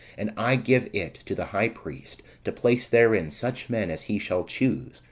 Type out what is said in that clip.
and i give it to the high priest, to place therein such men as he shall choose,